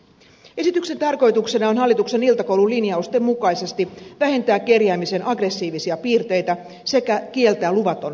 esityksen tarkoituksena on hallituksen iltakoulun linjausten mukaisesti vähentää kerjäämisen aggressiivisia piirteitä sekä kieltää luvaton leiriytyminen